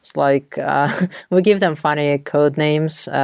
like we give them funny ah code names.